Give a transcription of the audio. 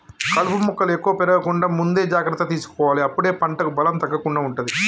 కలుపు మొక్కలు ఎక్కువ పెరగకుండా ముందే జాగ్రత్త తీసుకోవాలె అప్పుడే పంటకు బలం తగ్గకుండా ఉంటది